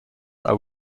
are